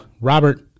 Robert